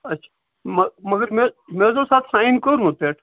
اَچھا ما مگر مےٚ حظ مےٚ حظ اوس اَتھ سایِن کوٚرمُت پٮ۪ٹھٕ